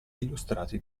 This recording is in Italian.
illustrati